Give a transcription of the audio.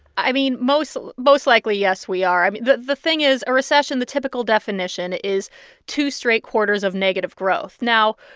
i mean, most most likely, yes, we are. i mean, the the thing is, a recession, the typical definition, is two straight quarters of negative growth. now,